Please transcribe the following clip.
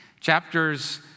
Chapters